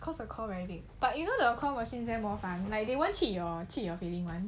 cause the claw very big like you know the claw machine there more fun like they won't cheat your feeling [one]